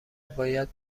باید